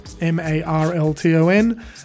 M-A-R-L-T-O-N